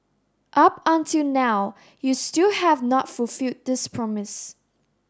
up until now you still have not fulfilled this promise